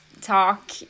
talk